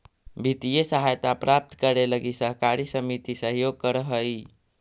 वित्तीय सहायता प्राप्त करे लगी सहकारी समिति सहयोग करऽ हइ